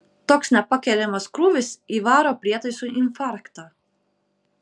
toks nepakeliamas krūvis įvaro prietaisui infarktą